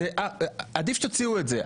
עדיף שתוציאו את זה,